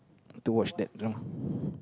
to watch that drama